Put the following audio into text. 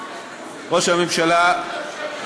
ראש הממשלה שכח את זה.